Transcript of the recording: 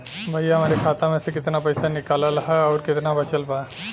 भईया हमरे खाता मे से कितना पइसा निकालल ह अउर कितना बचल बा?